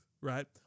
right